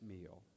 meal